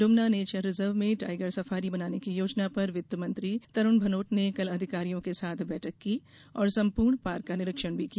Imna nature reserve में tiger safari बनाने की योजना पर वित्तमंत्री तरुण भनोत ने कल अधिकारियों के साथ बैठक की और सम्पूर्ण पार्क का निरीक्षण भी किया